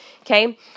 Okay